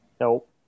Nope